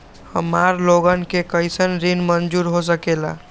हमार लोगन के कइसन ऋण मंजूर हो सकेला?